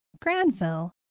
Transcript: granville